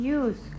use